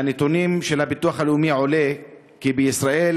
מהנתונים של הביטוח הלאומי עולה כי בישראל